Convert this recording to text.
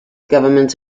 government